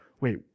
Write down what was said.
wait